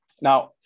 Now